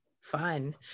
Fun